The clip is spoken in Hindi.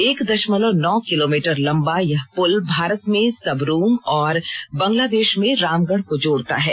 एक दशमलव नौ किलोमीटर लम्बा यह पुल भारत में सबरूम और बंगलादेश में रामगढ़ को जोड़ता है